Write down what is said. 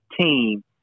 team